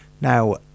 now